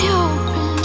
open